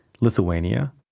Lithuania